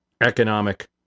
economic